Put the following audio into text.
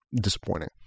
Disappointing